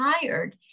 tired